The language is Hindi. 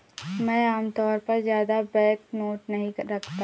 मैं आमतौर पर ज्यादा बैंकनोट नहीं रखता